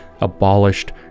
abolished